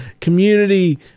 community